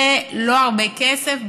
זה לא הרבה כסף.